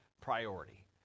priority